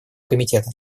комитета